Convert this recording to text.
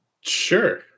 Sure